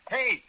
Hey